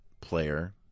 player